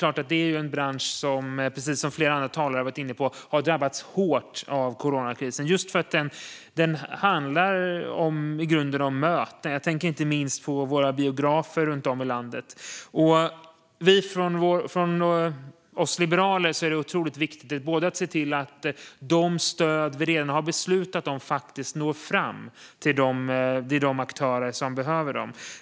Precis som flera andra talare har varit inne på är det en bransch som har drabbats hårt av coronakrisen, just därför att den i grunden handlar om möten. Jag tänker inte minst på våra biografer runt om i landet. För oss liberaler är det otroligt viktigt att se till att de stöd vi redan har beslutat om faktiskt når fram till de aktörer som behöver dem.